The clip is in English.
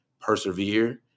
persevere